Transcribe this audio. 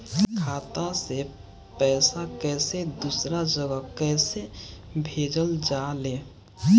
खाता से पैसा कैसे दूसरा जगह कैसे भेजल जा ले?